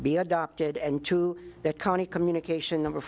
be adopted and to their county communication number